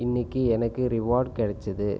இன்றைக்கு எனக்கு ரிவார்ட் கிடைச்சது